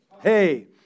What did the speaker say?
Hey